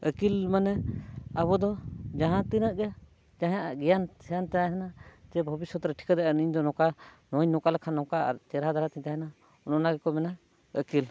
ᱟᱹᱠᱤᱞ ᱢᱟᱱᱮ ᱟᱵᱚ ᱫᱚ ᱡᱟᱦᱟᱸ ᱛᱤᱱᱟᱹᱜ ᱜᱮ ᱡᱟᱦᱟᱸᱭᱟᱜ ᱜᱮᱭᱟᱱ ᱥᱮᱭᱟᱱ ᱛᱟᱦᱮᱱᱟ ᱥᱮ ᱵᱷᱚᱵᱤᱥᱥᱚᱛ ᱨᱮ ᱴᱷᱤᱠᱟᱹ ᱫᱟᱲᱮᱭᱟᱜᱼᱟ ᱤᱧ ᱫᱚ ᱱᱚᱝᱠᱟ ᱱᱚᱣᱟᱧ ᱱᱚᱝᱠᱟ ᱞᱮᱠᱷᱟᱱ ᱱᱚᱝᱠᱟ ᱪᱮᱨᱦᱟ ᱫᱷᱟᱨᱟᱛᱮᱧ ᱛᱟᱦᱮᱱᱟ ᱚᱱᱟ ᱜᱮᱠᱚ ᱢᱮᱱᱟ ᱟᱹᱠᱤᱞ